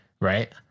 right